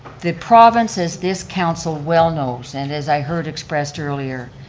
the province is, this council well knows, and as i heard expressed earlier,